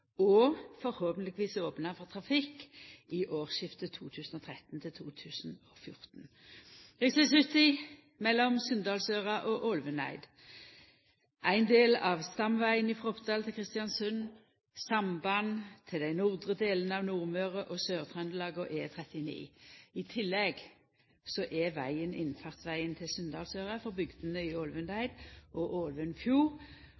og blir forhåpentlegvis opna for trafikk i årsskiftet 2013/2014. Rv. 70 mellom Sunndalsøra og Ålvundeid er ein del av stamvegen frå Oppdal til Kristiansund, med samband til dei nordre delane av Nordmøre og Sør-Trøndelag og E39. I tillegg er vegen innfartsvegen til Sunndalsøra frå bygdene i